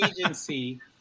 agency